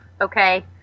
Okay